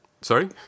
Sorry